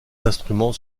instruments